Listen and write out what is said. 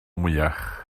mwyach